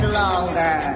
longer